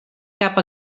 cap